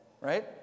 right